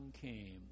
came